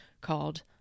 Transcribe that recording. called